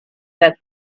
that